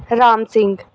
Ram Singh